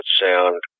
sound